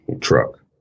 Truck